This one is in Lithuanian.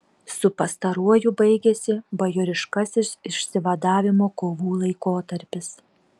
su pastaruoju baigėsi bajoriškasis išsivadavimo kovų laikotarpis